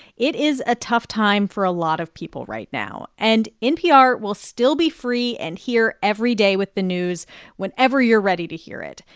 it is a tough time for a lot of people right now. and npr will still be free and here every day with the news whenever you're ready to hear it.